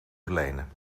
verlenen